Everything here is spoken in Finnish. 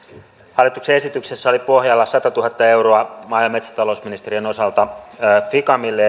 hallituksen esityksessä oli pohjalla satatuhatta euroa maa ja metsätalousministeriön osalta ficamille